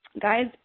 guys